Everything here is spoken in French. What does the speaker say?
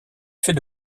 fait